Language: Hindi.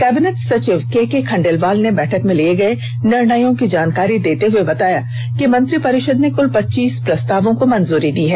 कैबिनेट सचिव केके खंडेलवाल ने बैठक में लिये गये निर्णयों की जानकारी देते हुए बताया कि मंत्रिपरिषद ने क्ल पच्चीस प्रस्तावों को मंजूरी दी है